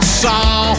saw